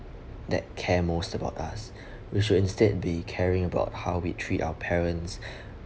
that care most about us we should instead be caring about how we treat our parents